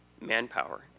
manpower